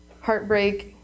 heartbreak